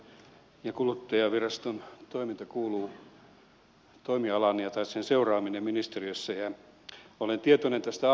kilpailu ja kuluttajaviraston toiminta sen seuraaminen ministeriössä kuuluu toimialaani olen tietoinen tästä aloitteesta